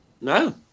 No